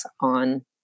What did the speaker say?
on